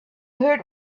heard